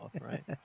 right